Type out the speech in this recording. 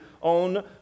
on